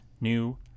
new